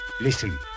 listen